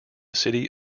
city